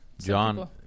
John